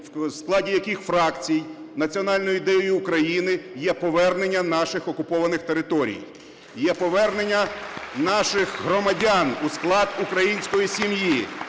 в складі яких фракцій, національною ідеєю України є повернення наших окупованих територій, є повернення наших громадян у склад української сім'ї.